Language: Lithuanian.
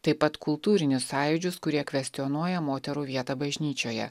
taip pat kultūrinius sąjūdžius kurie kvestionuoja moterų vietą bažnyčioje